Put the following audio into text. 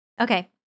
Okay